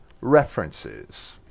references